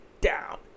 down